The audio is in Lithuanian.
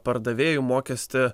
pardavėjų mokestį